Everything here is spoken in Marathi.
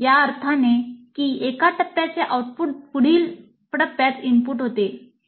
या अर्थाने की एका टप्प्याचे आउटपुट पुढील टप्प्यात इनपुट होते